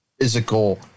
physical